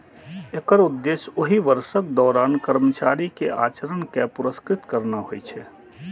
एकर उद्देश्य ओहि वर्षक दौरान कर्मचारी के आचरण कें पुरस्कृत करना होइ छै